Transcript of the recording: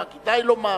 מה כדאי לומר.